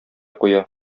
куя